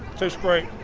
tastes great!